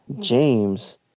James